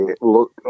look